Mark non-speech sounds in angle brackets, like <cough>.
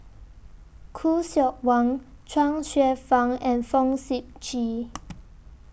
Khoo Seok Wan Chuang Hsueh Fang and Fong Sip Chee <noise>